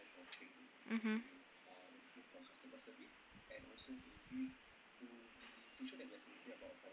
mmhmm